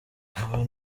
aba